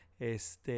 Este